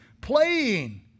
playing